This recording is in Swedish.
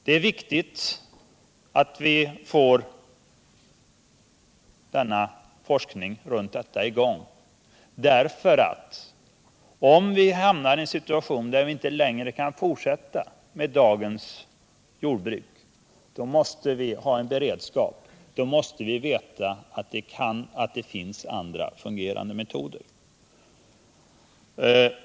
Det är viktigt att vi får i gång en forskning runt detta — om vi hamnar i en situation där vi inte längre kan fortsätta med dagens jordbruk måste vi ha en beredskap, vi måste veta att det finns andra fungerande metoder.